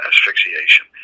asphyxiation